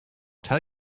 tell